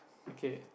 okay